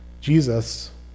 Jesus